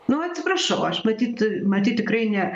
nu atsiprašau aš matyt matyt tikrai ne